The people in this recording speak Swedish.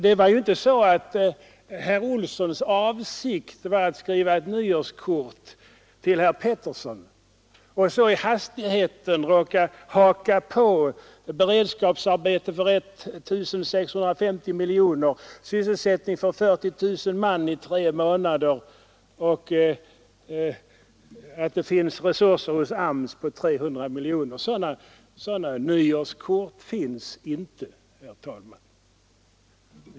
Det var ju inte så att herr Olsson hade för avsikt att skriva ett nyårskort till herr Peterson men i hastigheten råkade haka på några ord om beredskapsarbeten för 1 650 miljoner, sysselsättning för 40 000 man i tre månader och uttalandet att det finns resurser hos AMS på 300 miljoner. Sådana nyårskort finns inte, herr talman.